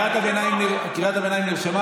אנחנו מתעסקים רק בעניינים של האזרח הערבי.